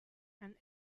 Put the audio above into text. and